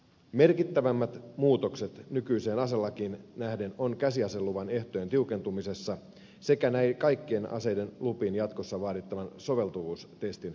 merkittävimmät muutokset nykyiseen aselakiin nähden ovat käsiaseluvan ehtojen tiukentumisessa sekä kaikkien aseiden lupiin jatkossa vaadittavan soveltuvuustestin suorittamisessa